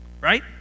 Right